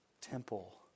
temple